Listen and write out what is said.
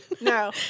No